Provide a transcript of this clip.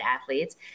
athletes